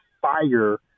fire